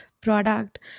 product